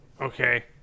Okay